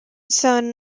son